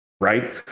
right